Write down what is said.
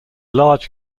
large